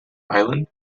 island